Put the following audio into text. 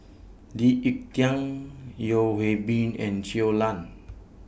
Lee Ek Tieng Yeo Hwee Bin and Chuo Lan